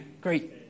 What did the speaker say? Great